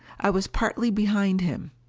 i was partly behind him.